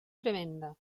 tremenda